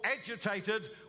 agitated